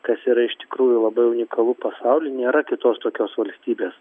kas yra iš tikrųjų labai unikalu pasauly nėra kitos tokios valstybės